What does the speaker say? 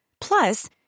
Plus